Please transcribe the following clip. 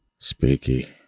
speaky